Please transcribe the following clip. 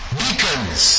beacons